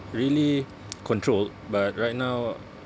really controlled but right now